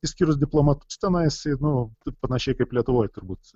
išskyrus diplomatus tenais ir nu taip panašiai kaip lietuvoj turbūt